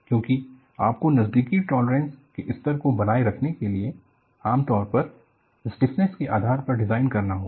क्योंकि आपको नज़दीकी टॉलरेंस के स्तर को बनाए रखने के लिए आमतौर पर स्टिफ्नस के आधार पर डिज़ाइन करना होगा